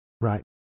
Right